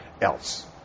else